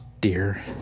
dear